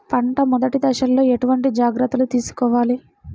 పంట మెదటి దశలో ఎటువంటి జాగ్రత్తలు తీసుకోవాలి?